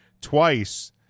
twice